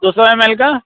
दो सौ M L का